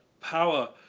power